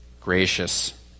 gracious